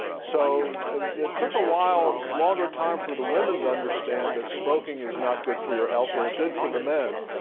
so it took a while, longer time for the women to understand that smoking is not good for your health than it did for the men.